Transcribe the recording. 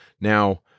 Now